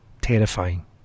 terrifying